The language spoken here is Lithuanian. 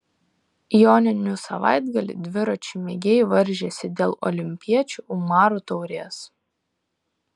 joninių savaitgalį dviračių mėgėjai varžėsi dėl olimpiečių umarų taurės